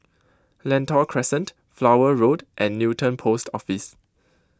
Lentor Crescent Flower Road and Newton Post Office